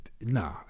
Nah